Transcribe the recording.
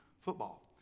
football